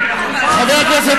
אתם אף פעם